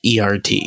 ERT